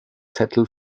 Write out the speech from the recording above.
zettel